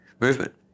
movement